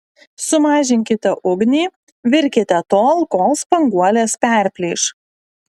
sumažinkite ugnį virkite tol kol spanguolės perplyš